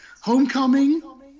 Homecoming